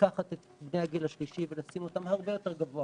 לקחת את בני הגיל השלישי ולשים אותם הרבה יותר גבוה